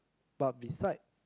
but beside